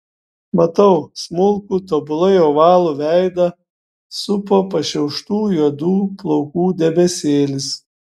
matau smulkų tobulai ovalų veidą supo pašiauštų juodų plaukų debesėlis